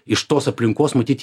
iš tos aplinkos matyt